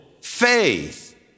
faith